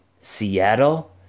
Seattle